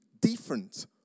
different